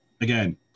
Again